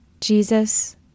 Jesus